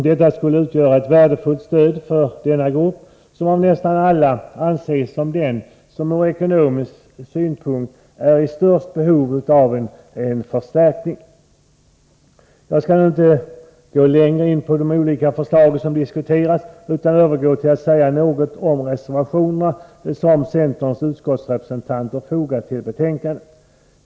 Detta skulle utgöra ett värdefullt stöd för denna grupp, som av nästan alla anses som den som ur ekonomisk synpunkt är i störst behov av en förstärkning. Jag skall nu inte gå längre in på de olika förslag som diskuteras, utan övergår till att säga något om de reservationer som centerns utskottsrepresentanter fogat till betänkandet.